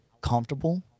comfortable